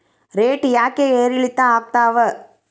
Rate ಯಾಕೆ ಏರಿಳಿತ ಆಗ್ತಾವ?